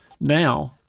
now